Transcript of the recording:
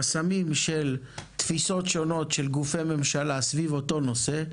חסמים של תפיסות שונות של גופי ממשלה סביב אותו נושא.